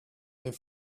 their